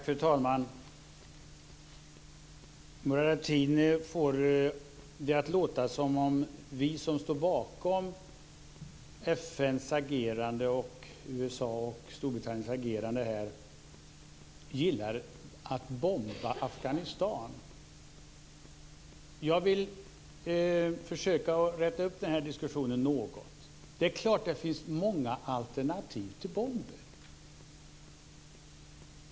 Fru talman! Murad Artin får det att låta som om vi som står bakom FN:s, USA:s och Storbritanniens agerande gillar att bomba Afghanistan. Jag vill försöka räta upp den här diskussionen något. Det är klart att det finns många alternativ till bomber.